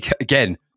again